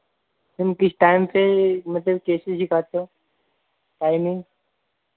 ma'am किस time पर मतलब कैसे सिखाते हो